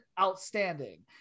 outstanding